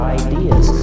ideas